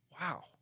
wow